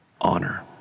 honor